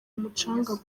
umucanga